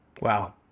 wow